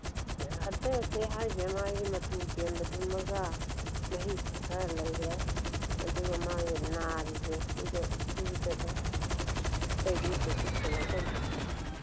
ꯑꯇꯩ ꯑꯇꯩ ꯍꯥꯏꯁꯦ ꯃꯥꯒꯤ ꯃꯇꯨ ꯀꯦꯟꯕꯗꯨꯃꯒ ꯃꯍꯤꯛ ꯈꯔ ꯂꯩꯔꯦ ꯑꯗꯨꯒ ꯃꯥꯒꯤ ꯅꯥꯔꯤꯁꯦ ꯁꯤꯒ ꯁꯤꯒꯤꯗꯗꯪ ꯑꯇꯩꯗꯤ ꯀꯩꯁꯨ ꯀꯩꯅꯣ ꯇꯧꯗꯦ